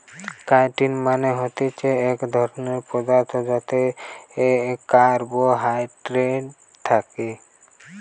chitin মানে হতিছে এক ধরণের পদার্থ যাতে কার্বোহাইড্রেট থাকে